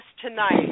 tonight